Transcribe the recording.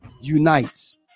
unites